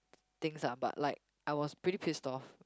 things ah but like I was pretty pissed off